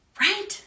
right